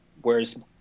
whereas